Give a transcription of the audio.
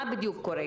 מה בדיוק קורה?